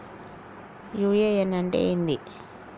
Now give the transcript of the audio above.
UAN అంటే ఏంది?